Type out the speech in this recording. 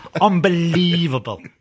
Unbelievable